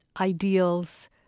ideals